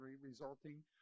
resulting